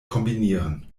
kombinieren